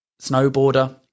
snowboarder